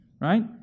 right